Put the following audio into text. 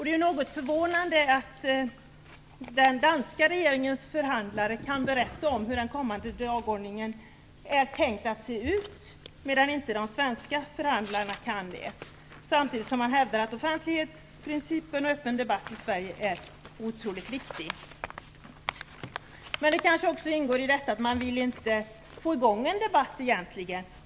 Det är något förvånande att den danska regeringens förhandlare kan berätta om hur den kommande dagordningen är tänkt att se ut medan inte de svenska förhandlarna kan det. Samtidigt hävdar man att offentlighetsprincipen och öppen debatt är otroligt viktiga i Sverige. Men det kanske också är ett led i att man egentligen inte vill få i gång en debatt.